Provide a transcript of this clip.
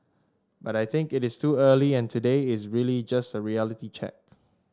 but I think it is too early and today is really just a reality check